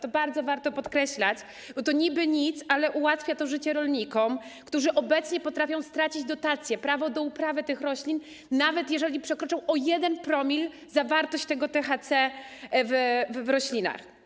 To bardzo warto podkreślać, bo to niby nic, ale ułatwia życie rolnikom, którzy obecnie potrafią stracić dotację, prawo do uprawy tych roślin, nawet jeżeli przekroczą o 1 promil zawartość THC w roślinach.